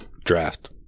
Draft